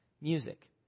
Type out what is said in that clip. music